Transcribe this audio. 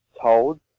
told